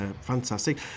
Fantastic